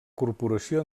corporació